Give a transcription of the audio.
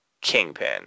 Kingpin